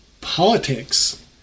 politics